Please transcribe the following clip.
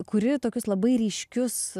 kuri tokius labai ryškius